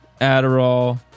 Adderall